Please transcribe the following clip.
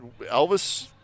Elvis